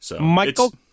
Michael